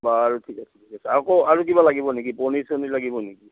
বাৰু ঠিক আছে ঠিক আছে আকৌ আৰু কিবা লাগিব নেকি পনীৰ চনীৰ লাগিব নেকি